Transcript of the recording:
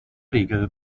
regel